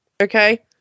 Okay